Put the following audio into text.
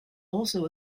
also